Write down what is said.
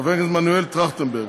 חבר הכנסת מנואל טרכטנברג,